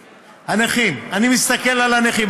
אני מסתכל על הנכים,